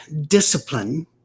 discipline